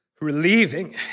relieving